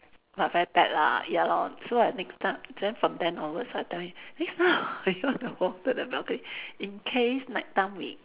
but very bad lah ya lor so like next time then from then onwards I tell him next time you want to go to the balcony in case night time we